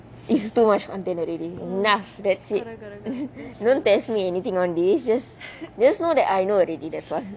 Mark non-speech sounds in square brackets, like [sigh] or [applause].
it's too much content already enough that's it [laughs] don't test me anything on these just just know that I know already that's why